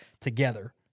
together